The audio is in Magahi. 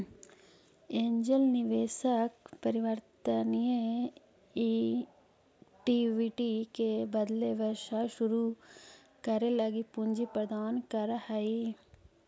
एंजेल निवेशक परिवर्तनीय इक्विटी के बदले व्यवसाय शुरू करे लगी पूंजी प्रदान करऽ हइ